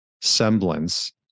semblance